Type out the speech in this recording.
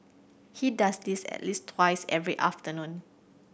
he does this at least twice every afternoon